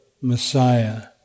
Messiah